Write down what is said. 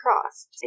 cross